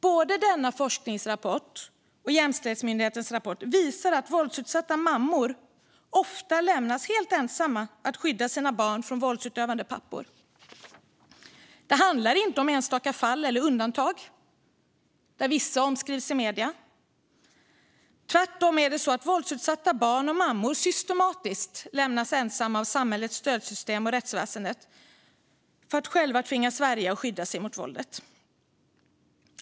Både denna forskningsrapport och Jämställdhetsmyndighetens rapport visar att våldsutsatta mammor ofta lämnas helt ensamma att skydda sina barn från våldsutövande pappor. Det handlar inte om enstaka fall eller undantag, där vissa omskrivs i medierna. Tvärtom är det så att våldsutsatta barn och mammor systematiskt lämnas ensamma av samhällets stödsystem och rättsväsendet för att själva tvingas värja och skydda sig mot våldet.